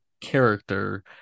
character